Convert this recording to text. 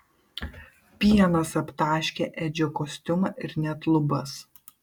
pienas aptaškė edžio kostiumą ir net lubas